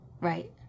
right